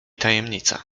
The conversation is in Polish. tajemnica